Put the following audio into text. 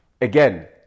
again